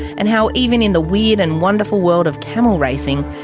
and how even in the weird and wonderful world of camel racing.